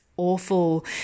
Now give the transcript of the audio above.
awful